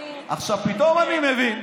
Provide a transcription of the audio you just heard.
פתאום אני מבין.